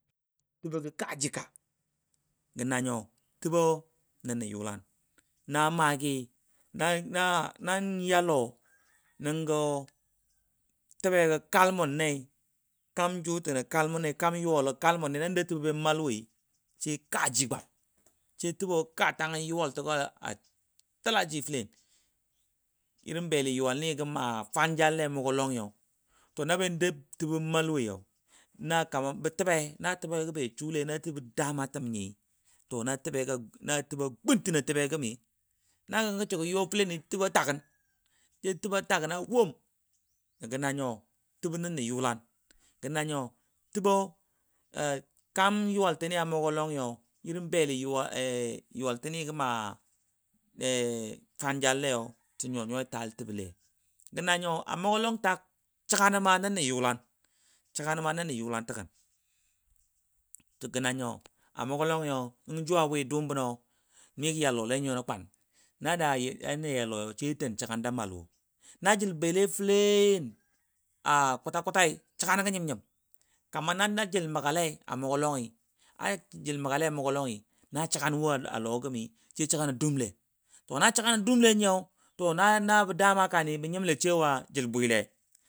Təbɔ gə kaaji ka gə na nyo təbɔ nən nə yʊlan nan ya lɔ nəngɔ təbego kal mʊn nei kaam jʊ tənɔ kal mun ne nan dou təbo ban mal woi she kaaji gwam she təbɔ kaaji gwam she kaa tan gən yuwal go təla ji felen irin beli yuwal ni gə maa fan nyal le a mʊ gɔ lɔngi to la ban de təbɔ n malwaina kamar bə təbe na təbe gɔ ba sule na təbɔ dama təmi to na təba gun tənɔ a təbe go gəmi, la gəngɔ səgo yɔ feleni təba tagən sai təba tagəna womgə na nyo təbɔ nən nə yulan gə na nyo təbɔ kam yuwal tini amʊgɔ longija nyuwa nyuwai tal təbɔ le segano ma nan nə yulan təgən, saganɔ nən nə yulan təgən to gə na nyo jʊ abwi dʊʊm ya ja ya lɔi sai ja ten segan ja malwo na jəl bele fəlena kʊta kʊtai səgano nyim a mʊgɔ lɔngi a jil məgale a mʊgɔlɔnyi səgana nyem. na jil belea mu/gɔlɔgi səgaM TO NA SƏGANO DUML NYI. LA BƏ DAMA KANI BƏ NYIML SH KAAJIL BWIL